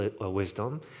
wisdom